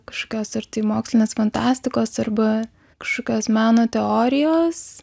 kažkokios ar tai mokslinės fantastikos arba kažkokios meno teorijos